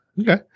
Okay